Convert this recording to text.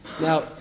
Now